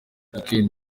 weekend